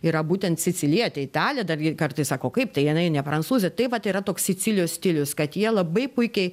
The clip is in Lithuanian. yra būtent sicilietė italė dargi kartais sako kaip tai jinai ne prancūzė tai vat yra toks sicilijos stilius kad jie labai puikiai